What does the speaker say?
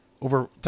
over